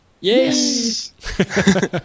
yes